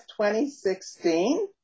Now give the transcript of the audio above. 2016